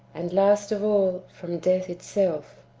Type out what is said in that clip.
and last of all, from death itself.